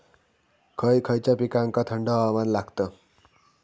खय खयच्या पिकांका थंड हवामान लागतं?